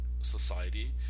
society